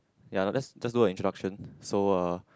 ya let's just look at introduction so uh